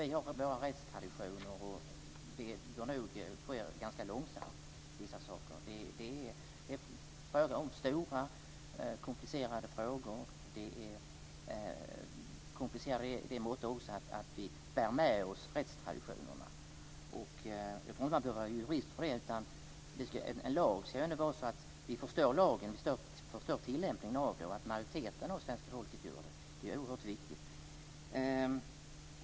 Vi har våra rättstraditioner, där vissa saker går ganska långsamt. Det är fråga om stora komplicerade frågor. De är komplicerade också därför att vi bär med oss rättstraditionerna. Jag tror inte att man behöver vara jurist för att förstå det. Majoriteten av svenska folket ska förstå innebörden i lagen och tillämpningen av den. Det är oerhört viktigt.